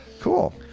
Cool